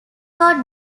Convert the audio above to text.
was